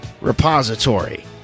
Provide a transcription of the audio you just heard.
repository